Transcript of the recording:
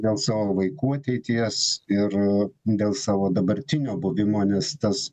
dėl savo vaikų ateities ir dėl savo dabartinio buvimo nes tas